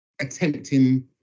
attempting